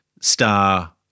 star